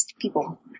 people